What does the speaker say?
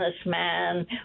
businessman